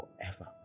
forever